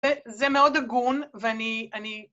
‫וזה מאוד הגון, ואני...